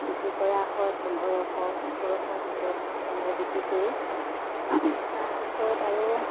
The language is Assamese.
বিক্ৰী কৰা হয় পোন্ধৰশ ওঠৰশ ভিতৰত তেনেকৈ বিক্ৰী কৰোঁ তাৰপিছত আৰু